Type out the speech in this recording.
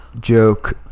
joke